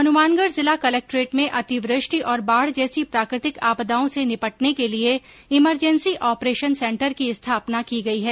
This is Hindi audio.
हनुमानगढ़ जिला कलेक्ट्रेट में अतिवृष्टि और बाढ़ जैसी प्राकृतिक आपदाओं से निपटने के लिये इमरजेंसी ऑपरेशन सेंटर की स्थापना की गई है